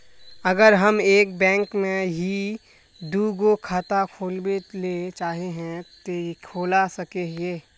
अगर हम एक बैंक में ही दुगो खाता खोलबे ले चाहे है ते खोला सके हिये?